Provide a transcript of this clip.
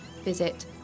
visit